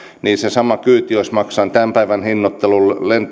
se sama kyyti olisi maksanut tämän päivän hinnoittelulla lentoasemalta